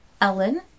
Ellen